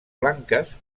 blanques